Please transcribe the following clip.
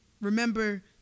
Remember